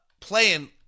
playing